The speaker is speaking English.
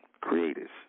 creators